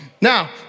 Now